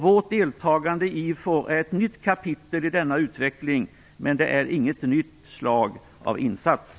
Vårt deltagande i IFOR är ett nytt kapitel i denna utveckling. Men det är inget nytt slag av insats.